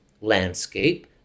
landscape